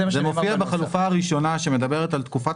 זה מופיע בחלופה הראשונה שמדברת על תקופת